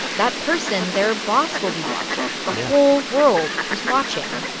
that person, their boss, will be watching. the whole world is watching.